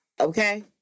Okay